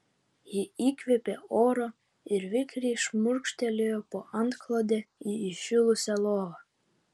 ji įkvėpė oro ir vikriai šmurkštelėjo po antklode į įšilusią lovą